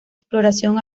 exploración